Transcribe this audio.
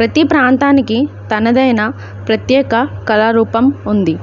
ప్రతి ప్రాంతానికి తనదైన ప్రత్యేక కళారూపం ఉంది